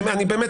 אני באמת